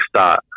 start